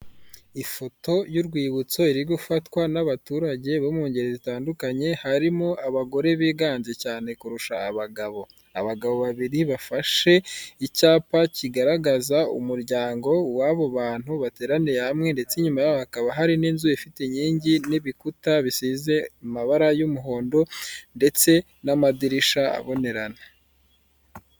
Ifoto y'urwibutso iri gufatwa n'abaturage bo mu ngeri zitandukanye, harimo abagore biganje cyane kurusha abagabo, abagabo babiri bafashe icyapa kigaragaza umuryango wabo bantu bateraniye hamwe ndetse inyuma yabo hakaba hari n'inzu ifite inkingi n'ibikuta bisize amabara y'umuhondo ndetse n'amadirisha abonerana.